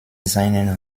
seinen